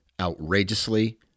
outrageously